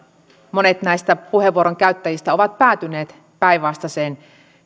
monet näistä puheenvuoron käyttäjistä ovat päätyneet päinvastaiseen